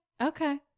Okay